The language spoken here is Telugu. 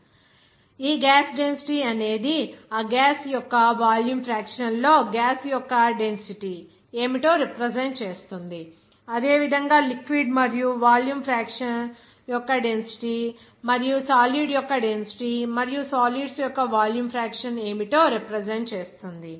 m G L S G G L L S S ఈ గ్యాస్ డెన్సిటీ అనేది ఆ గ్యాస్ యొక్క వాల్యూమ్ ఫ్రాక్షన్ లో గ్యాస్ యొక్క డెన్సిటీ ఏమిటో రిప్రజెంట్ చేస్తుంది అదేవిధంగా లిక్విడ్ మరియు వాల్యూమ్ ఫ్రాక్షన్ యొక్క డెన్సిటీ మరియు సాలిడ్ యొక్క డెన్సిటీ మరియు సాలీడ్స్ యొక్క వాల్యూమ్ ఫ్రాక్షన్ ఏమిటో రిప్రజెంట్ చేస్తుంది